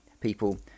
people